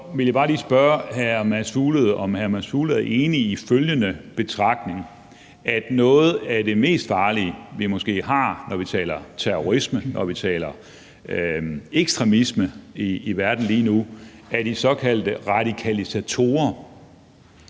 Fuglede, om hr. Mads Fuglede er enig i følgende betragtning: Noget af det mest farlige, vi måske har, når vi taler terrorisme, når vi taler ekstremisme i verden lige nu, er de såkaldte radikalisatorer,